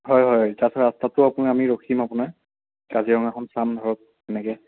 হয় হয় ৰাস্তাটো আমি ৰখিম আপোনাৰ কাজিৰঙাখন চাম ধৰক তেনেকৈ